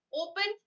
open